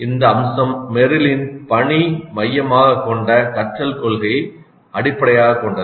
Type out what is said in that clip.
இந்த அம்சம் மெர்ரிலின் பணி மையமாகக் கொண்ட கற்றல் கொள்கையை அடிப்படையாகக் கொண்டது